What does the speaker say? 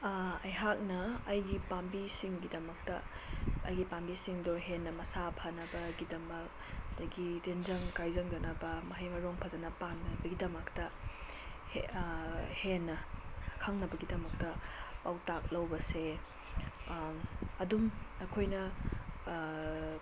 ꯑꯩꯍꯥꯛꯅ ꯑꯩꯒꯤ ꯄꯥꯝꯕꯤꯁꯤꯡꯒꯤꯗꯃꯛ ꯑꯩꯒꯤ ꯄꯥꯝꯕꯤꯁꯤꯡꯗꯣ ꯍꯦꯟꯅ ꯃꯁꯥ ꯐꯅꯕꯒꯤꯗꯃꯛ ꯑꯗꯒꯤ ꯇꯤꯟꯖꯪ ꯀꯥꯏꯖꯪꯗꯅꯕ ꯃꯍꯩ ꯃꯔꯣꯡ ꯐꯖꯅ ꯄꯥꯟꯅꯕꯒꯤꯗꯃꯛꯇ ꯍꯦꯟꯅ ꯈꯪꯅꯕꯒꯤꯗꯃꯛꯇ ꯄꯥꯎꯇꯥꯛ ꯂꯧꯕꯁꯦ ꯑꯗꯨꯝ ꯑꯩꯈꯣꯏꯅ